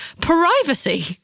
privacy